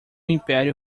império